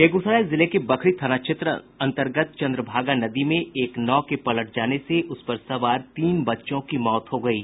बेगूसराय जिले के बखरी थाना क्षेत्र अन्तर्गत चन्द्रभागा नदी में एक नाव के पलट जाने से उस पर सवार तीन बच्चों की मौत हो गयी